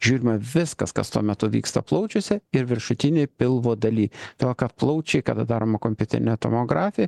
žiūrima viskas kas tuo metu vyksta plaučiuose ir viršutinėj pilvo daly todėl kad plaučiai kada daroma kompiuterinė tomografija